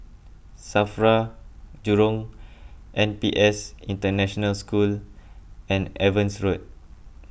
Safra Jurong N P S International School and Evans Road